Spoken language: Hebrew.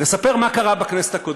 לספר מה קרה בכנסת הקודמת.